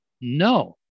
No